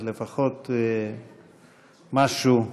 אז לפחות משהו משמח.